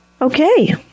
Okay